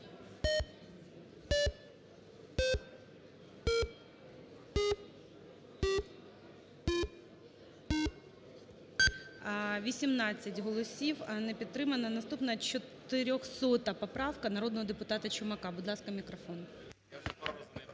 18 голосів. Не підтримана. Наступна 400 поправка народного депутата Чумака. Будь ласка, мікрофон.